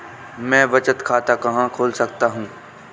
मैं बचत खाता कहाँ खोल सकता हूँ?